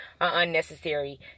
unnecessary